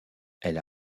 elle